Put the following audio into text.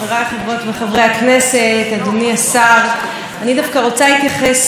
אני דווקא כן רוצה להתייחס לחוק בהקשר הרחב שלו,